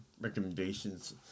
recommendations